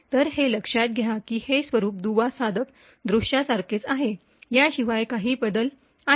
तर हे लक्षात घ्या की हे स्वरूप दुवा साधक दृश्यासारखेच आहे याशिवाय काही बदल आहेत